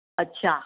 अच्छा